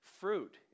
Fruit